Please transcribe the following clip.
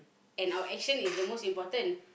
and our actions is the most important